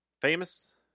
Famous